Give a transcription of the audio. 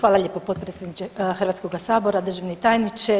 Hvala lijepo potpredsjedniče Hrvatskoga sabora, državni tajniče.